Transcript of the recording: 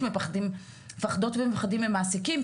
מפחדות ומפחדים ממעסיקים,